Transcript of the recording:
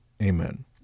amen